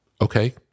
okay